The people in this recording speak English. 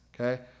Okay